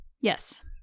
Yes